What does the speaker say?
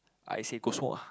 I say go smoke ah